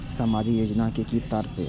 सामाजिक योजना के कि तात्पर्य?